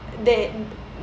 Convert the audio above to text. they